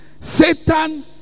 Satan